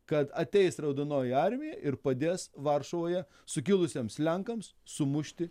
kad ateis raudonoji armija ir padės varšuvoje sukilusiems lenkams sumušti